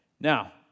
now